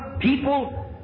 people